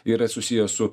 yra susijęs su